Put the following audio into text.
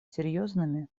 серьезными